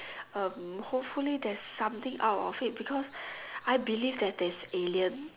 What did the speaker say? um hopefully there's something out of it because I believe that there is alien